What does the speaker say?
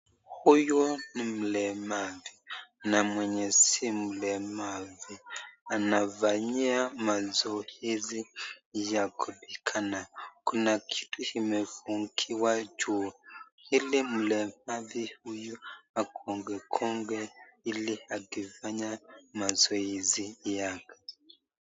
Huyu ni mlemavu na mwenye si mlemavu, anafanyia mazoezi ya kupigana. Kuna kitu imefungiwa juu ili mlemavu huyu agonge gonge ili akifanya mazoezi yake.